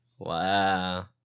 Wow